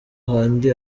handi